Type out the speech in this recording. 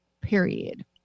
period